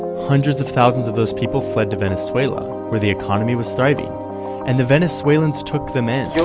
hundreds of thousands of those people fled to venezuela, where the economy was thriving and the venezuelans took them in.